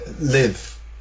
live